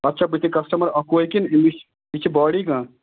تَتھ چھا بٕتھِ کَسٹٕمر اَکوے کِنہٕ یہِ چھِ باڈی کانٛہہ